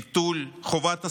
ביטול חובת הסבירות,